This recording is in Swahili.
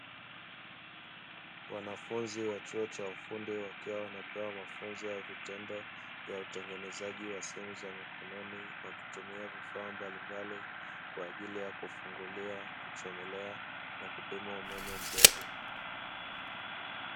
Wanafunzi wa chuo cha ufundi wakiwa wanapewa mafunzo ya vitendo, ya utengenezaji wa simu za mikononi, wakitumia vifaa mbalimbali kwa ajili ya kufungulia, kuchomelea na kupima umeme mdogo.